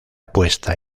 puesta